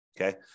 okay